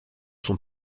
son